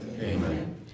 Amen